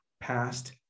past